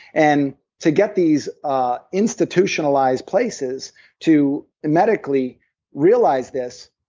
and to get these ah institutionalized places to medically realize this,